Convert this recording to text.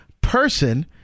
person